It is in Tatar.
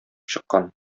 чыккан